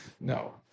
No